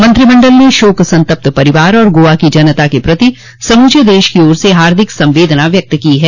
मंत्रिमंडल ने शोक संतप्त परिवार और गोआ की जनता के प्रति समूचे देश की ओर से हार्दिक संवेदना व्यक्त की है